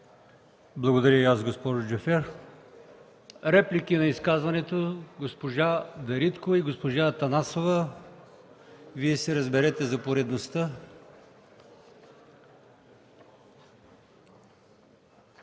Благодаря и аз, госпожо Джафер. Реплики на изказването? Госпожа Дариткова и госпожа Атанасова – Вие се разберете за поредността.